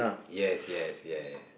yes yes yes